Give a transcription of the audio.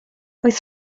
oedd